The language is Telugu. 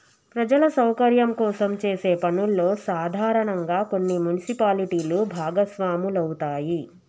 ప్రజల సౌకర్యం కోసం చేసే పనుల్లో సాధారనంగా కొన్ని మున్సిపాలిటీలు భాగస్వాములవుతాయి